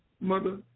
mother